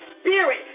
spirit